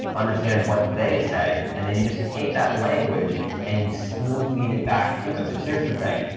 understand what they say, and then you just take that language and you spoon feed it back to them. because here's the thing.